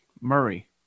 Murray